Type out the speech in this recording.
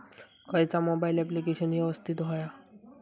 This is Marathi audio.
खयचा मोबाईल ऍप्लिकेशन यवस्तित होया?